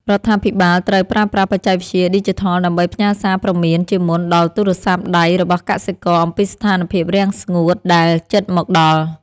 រដ្ឋាភិបាលត្រូវប្រើប្រាស់បច្ចេកវិទ្យាឌីជីថលដើម្បីផ្ញើសារព្រមានជាមុនដល់ទូរស័ព្ទដៃរបស់កសិករអំពីស្ថានភាពរាំងស្ងួតដែលជិតមកដល់។